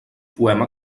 poema